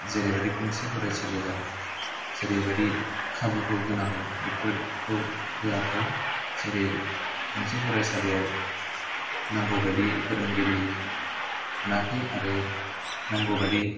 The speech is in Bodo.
जेरै गंसे फरायसालियाव जेरैबादि खाबुखौ होनांगौ बेफोरखौ होयाखै जेरै गंसे फरायसालियाव नांगौ बायदि फोरोंगिरि मोनाखै आरो नांगौबादि